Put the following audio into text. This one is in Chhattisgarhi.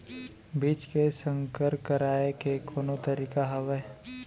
बीज के संकर कराय के कोनो तरीका हावय?